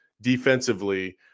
defensively